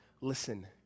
Listen